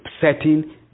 setting